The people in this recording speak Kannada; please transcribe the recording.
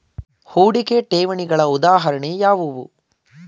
ಹೂಡಿಕೆ ಠೇವಣಿಗಳ ಉದಾಹರಣೆಗಳು ಯಾವುವು?